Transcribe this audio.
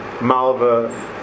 malva